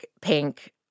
pink